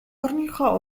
орныхоо